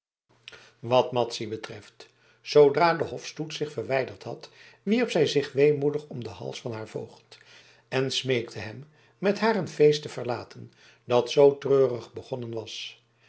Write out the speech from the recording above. wat madzy betreft zoodra de hofstoet zich verwijderd had wierp zij zich weemoedig om den hals van haar voogd en smeekte hem met haar een feest te verlaten dat zoo treurig begonnen was